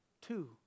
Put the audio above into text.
Two